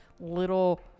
Little